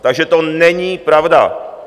Takže to není pravda.